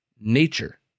nature